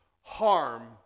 harm